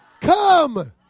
come